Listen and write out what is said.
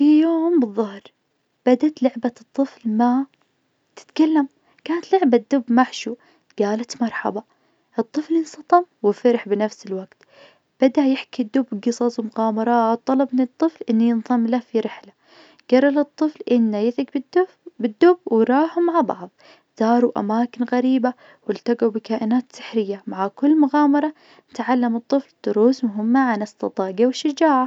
في يوم بالظهر بدت لعبة الطفل ما تتكلم كانت لعبة دب محشو قالت مرحبا الطفل انصطم وفرح بنفس الوقت. بدأ يحكي الدب قصص ومغامرات طلب من الطفل إنه ينضم له في رحلة قرر الطفل إنه يثق بالدف- بالدب وراحوا مع بعض زاروا أماكن غريبة وإلتقوا بكائنات سحرية. مع كل مغامرة تعلم الطفل دروس مهمة عن الإستطاقة والشجاعة.